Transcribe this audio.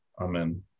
Amen